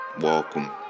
Welcome